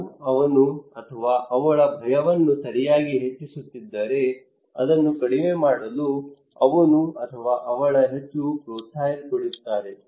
ನಾವು ಅವನ ಅಥವಾ ಅವಳ ಭಯವನ್ನು ಸರಿಯಾಗಿ ಹೆಚ್ಚಿಸುತ್ತಿದ್ದರೆ ಅದನ್ನು ಕಡಿಮೆ ಮಾಡಲು ಅವನು ಅಥವಾ ಅವಳು ಹೆಚ್ಚು ಪ್ರೋತ್ಸಾಹಿಸಲ್ಪಡುತ್ತಾರೆ